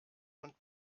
und